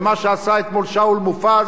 ומה שעשה אתמול שאול מופז,